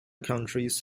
countries